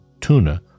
tuna